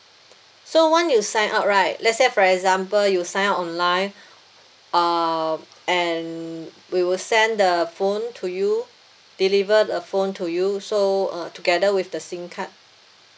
so one you sign up right let's say for example you sign up online ah and we will send the phone to you deliver the phone to you so uh together with the sim card